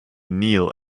neal